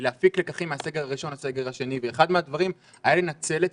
להפיק לקחים מהסגר הראשון לסגר השני ואחד מהדברים היה לנצל את